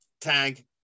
Tag